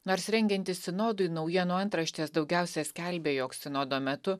nors rengiantis sinodui naujienų antraštės daugiausia skelbia jog sinodo metu